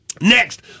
next